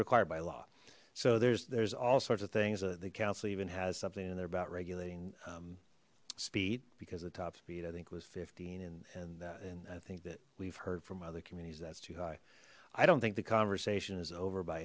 required by law so there's there's all sorts of things that the council even has something in there about regulating speed because the top speed i think was fifteen and and and i think that we've heard from other communities that's too high i don't think the conversation is over by